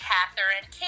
Catherine